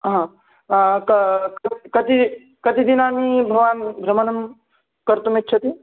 हा का कत् कति कति दिनानि भवान् भ्रमणं कर्तुमिच्छति